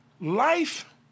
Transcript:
Life